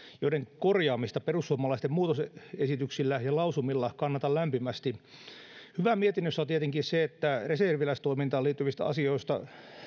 joiden korjaamista perussuomalaisten muutosesityksillä ja lausumilla kannatan lämpimästi hyvää mietinnössä on tietenkin se että reserviläistoimintaan liittyvistä asioista